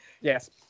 Yes